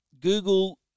Google